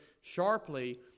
sharply